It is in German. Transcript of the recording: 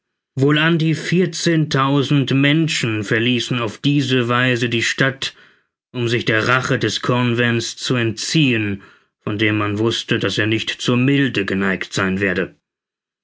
wohl an die vierzehntausend menschen verließen auf diese weise die stadt um sich der rache des convents zu entziehen von dem man wußte daß er nicht zur milde geneigt sein werde